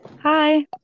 Hi